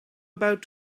about